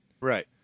Right